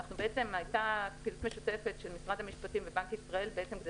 הייתה פעילות משותפת של משרד המשפטים ובנק ישראל כדי